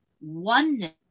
oneness